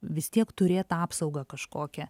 vis tiek turėt apsaugą kažkokią